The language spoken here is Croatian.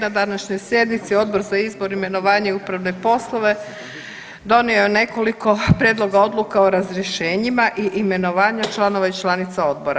Na današnjoj sjednici Odbor za izbor, imenovanje i upravne poslove donio je nekoliko prijedloga odluka o razrješenjima i imenovanja članova i članica Odbora.